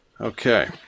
Okay